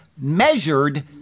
measured